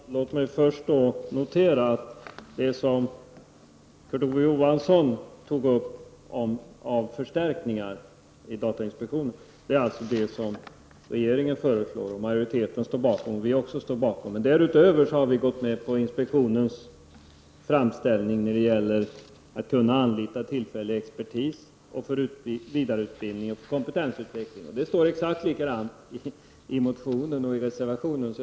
Herr talman! Låt mig först notera att de frågor som Kurt Ove Johansson tog upp angående förstärkningar av datainspektionen är något som regeringen föreslår, som utskottsmajoriteten stödjer och som vi i centern stödjer. Därutöver går vi i centern med på inspektionens framställning när det gäller tillfällig expertis, vidareutbildning och kompetensutveckling. Det står exakt likadant i motionen och i reservationen.